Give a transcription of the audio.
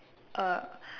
uh